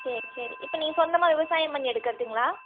சரி சரி இப்போ நீங்கள் சொந்தமாக விவசாயம் பண்ணி எடுக்குறதுங்களா